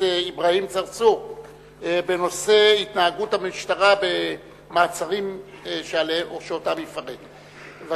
אברהים צרצור בנושא: התנהגות המשטרה במעצרים שאותם הוא יפרט.